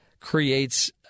creates